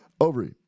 ovary